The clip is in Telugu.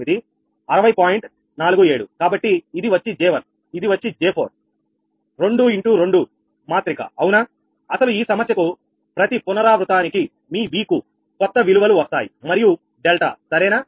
47 కాబట్టి ఇది వచ్చి J1ఇది వచ్చి J4 2 ఇ0టూ 2 మాత్రిక అవునా అసలు ఈ సమస్యకు ప్రతి పునరావృతానికి మీ V కు కొత్త విలువలు వస్తాయి మరియు డెల్టా సరేనా